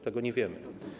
Tego nie wiemy.